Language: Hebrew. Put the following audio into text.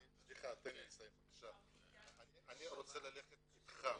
אני רוצה ללכת איתך,